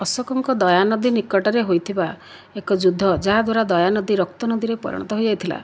ଅଶୋକଙ୍କ ଦୟା ନଦୀ ନିକଟରେ ହୋଇଥିବା ଏକ ଯୁଦ୍ଧ ଯାହାଦ୍ୱାରା ଦୟା ନଦୀ ରକ୍ତ ନଦୀରେ ପରିଣତ ହୋଇ ଯାଇଥିଲା